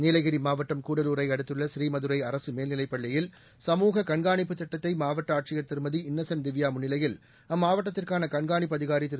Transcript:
நீலகிரி மாவட்டம் கூடலூரை அடுத்துள்ள ஸ்ரீமதுரை அரசு மேல்நிலைப் பள்ளியில் சமூக கண்காணிப்பு திட்டத்தை மாவட்ட ஆட்சியர் திரு இன்னசென்ட் திவ்யா முன்னிலையில் அம்மாவட்டத்திற்கான கண்காணிப்பு அதிகாரி திரு